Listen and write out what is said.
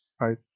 Right